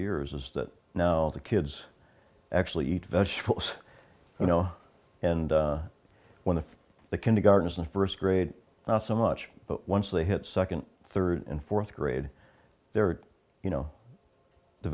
years is that now the kids actually eat vegetables you know and one of the kindergarten and first grade not so much but once they hit second third and fourth grade they're you know the